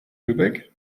lübeck